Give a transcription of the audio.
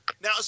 Now